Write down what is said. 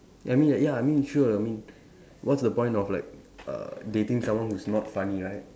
I mean like ya I mean sure I mean what's the point of like uh dating someone who's not funny right